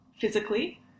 physically